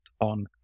on